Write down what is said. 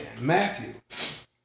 Matthew